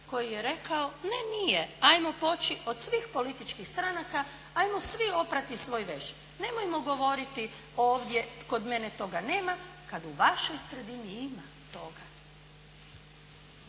koji je rekao ne nije, ajmo poći od svih političkih stranaka, ajmo svi oprati svoj veš. Nemojmo govoriti ovdje kod mene toga nema, kada u vašoj sredini ima toga.